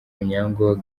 onyango